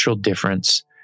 difference